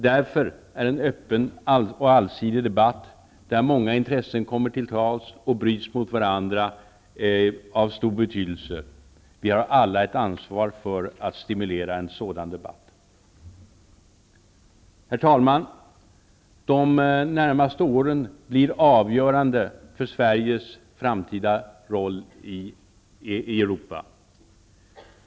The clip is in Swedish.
Därför är en öppen och allsidig debatt där många intressen kommer till tals och bryts mot varandra av stor betydelse. Vi har alla ett ansvar för att stimulera en sådan debatt. Herr talman! De närmaste åren blir avgörande för Sveriges framtida roll i Europa.